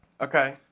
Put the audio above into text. Okay